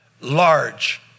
large